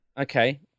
Okay